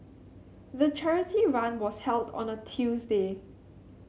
the charity run was held on a Tuesday